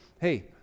hey